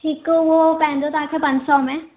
चीकू उहो पवंदो तव्हांखे पंज सौ में